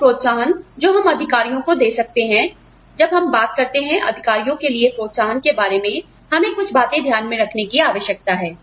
कुछ प्रोत्साहन जो हम अधिकारियों को दे सकते हैं आप जानते हैं जब हम बात करते हैं अधिकारियों के लिए प्रोत्साहन के बारे में हमें कुछ बातें ध्यान में रखने की आवश्यकता है